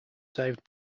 saved